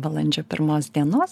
balandžio pirmos dienos